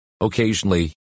Occasionally